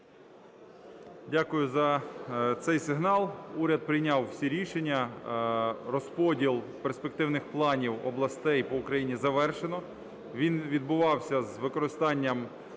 Дякую за цей сигнал. Уряд прийняв всі рішення. Розподіл перспективних планів областей по Україні завершено. Він відбувався з використанням